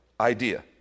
idea